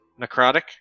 Necrotic